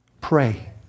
Pray